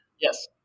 Yes